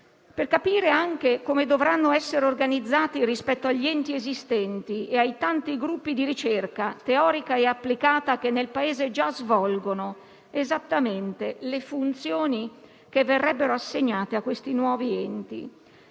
per capire anche come dovranno essere organizzati rispetto agli enti esistenti e ai tanti gruppi di ricerca teorica e applicata che nel Paese già svolgono esattamente le funzioni che verrebbero assegnate a questi nuovi enti.